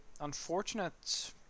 unfortunate